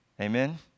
Amen